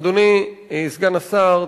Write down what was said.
אדוני סגן השר,